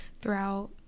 throughout